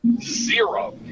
zero